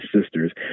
sisters